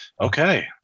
Okay